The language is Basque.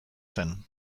zen